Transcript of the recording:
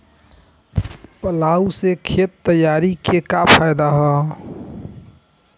Plough से खेत तैयारी के का फायदा बा?